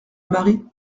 marie